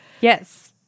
Yes